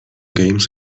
games